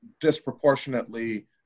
disproportionately